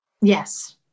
Yes